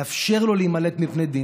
לאפשר לו להימלט מפני הדין,